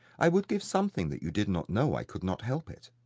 i would give something that you did not know i could not help it.